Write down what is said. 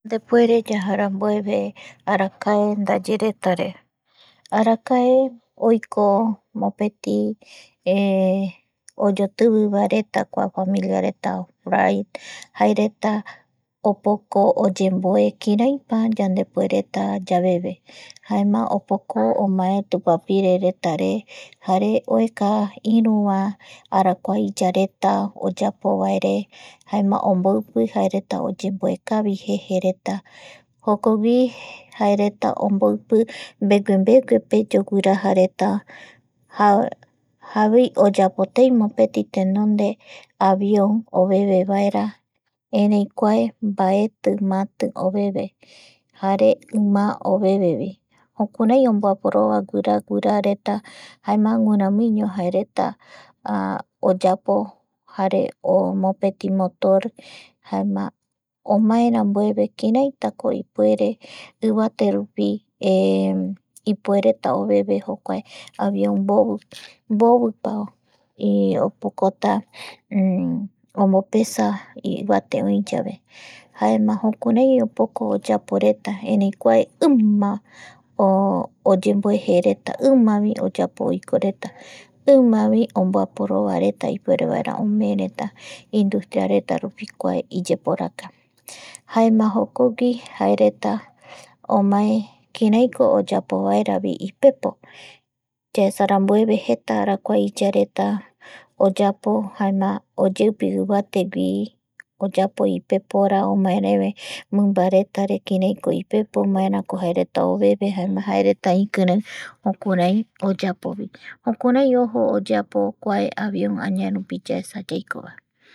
Yandepure yajarambueve arakae ndayeretare arakae oiko mopeti oyotivivareta kua kua familiareta jukurai jaerata opoko oyemboe kiraipa yandepuereta yaveve jaema opoko omae tupapire jare oeka iruva arakua iyareta oypovaere jaema omboipi jaereta oyemboekavi jejereta jokogui jaereta omboipi mbeguembeguepe jaeereta yoguiraja javoi oyapo tei tenonde mopeti avion oveve vaera erei kuae mbaeti mati oveve jare imaa ovevevi jukurai omboaporova guiraguirareta jaema guiramiiño jaereta oyapo jare mopeti motor jaema omaerambueve kiraitarako ipuere ivaterupi ipuereta oveve jokuae avion mbovi, mbovipa opokota omopesa ivate oi yave jaema jukurai opoko oyaporeta jaema ima oyemboe jereta, imavi oyapo oikoreta imavi omboaporovareta ipuerevaera omeereta industriaretarupi kuae iyeporaka jaema jokogui jaereta omae kiaraikooyapovaeravi ipepo yaesa rambueve jeta arakua iyareta oyapo jaema oyeupi ivate gui oyapo ipepora omaereve mimbaretare kiraiko ipepo maerako jaereata oveve jaema jaereta ikirei iyapovi jukurai ojo oyeapo kua avion añaverupi yaesa yaikovae